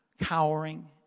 cowering